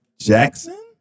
Jackson